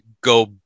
go